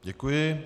Děkuji.